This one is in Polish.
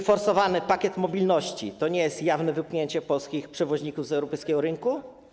Czy forsowany pakiet mobilności to nie jest jawne wypchnięcie polskich przewoźników z europejskiego rynku?